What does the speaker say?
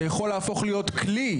זה יכול להפוך להיות כלי,